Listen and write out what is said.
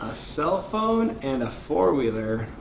cell phone and a four-wheeler?